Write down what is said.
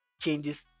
changes